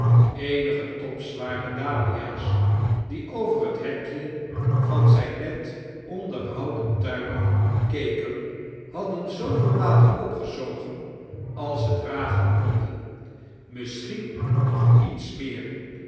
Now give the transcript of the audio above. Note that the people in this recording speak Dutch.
eanige topzwaire dahlia si die over het hekje van zijn net omderhoudein tuin keken hadden zooveel water opgezogen als ze dragen konden misschien nog iets meer